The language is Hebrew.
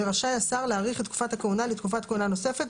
ורשאי השר להאריך את תקופת הכהונה לתקופת כהונה נוספת,